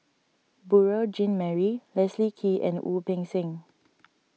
Beurel Jean Marie Leslie Kee and Wu Peng Seng